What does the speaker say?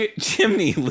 chimney